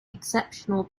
exceptional